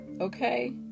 Okay